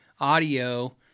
Audio